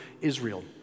Israel